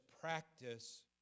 practice